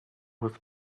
with